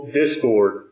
discord